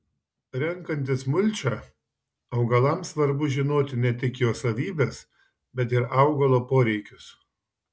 renkantis mulčią augalams svarbu žinoti ne tik jo savybes bet ir augalo poreikius